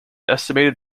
estimated